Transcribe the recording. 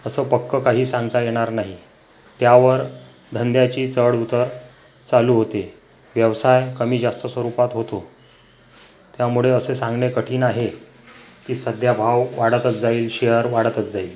असं पक्कं काही सांगता येणार नाही त्यावर धंद्याची चढउतार चालू होते व्यवसाय कमी जास्त स्वरूपात होतो त्यामुळे असे सांगणे कठीण आहे की सध्या भाव वाढतंच जाईल शेयर वाढतच जाईल